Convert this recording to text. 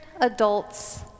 adults